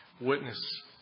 witness